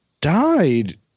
died